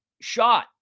shot